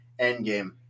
Endgame